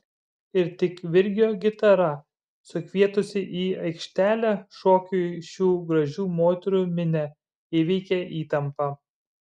ir tik virgio gitara sukvietusi į aikštelę šokiui šių gražių moterų minią įveikė įtampą